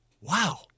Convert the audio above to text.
wow